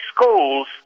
schools